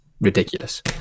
ridiculous